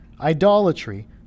idolatry